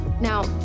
Now